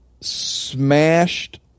smashed